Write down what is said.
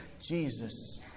Jesus